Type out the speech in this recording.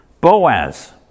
Boaz